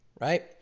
Right